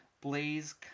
Blaze